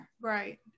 Right